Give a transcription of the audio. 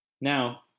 Now